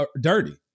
dirty